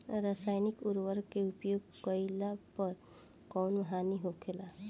रसायनिक उर्वरक के उपयोग कइला पर कउन हानि होखेला?